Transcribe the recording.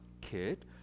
kid